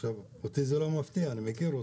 עכשיו, אותי זה לא מפתיע, אני מכיר אותך.